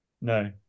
No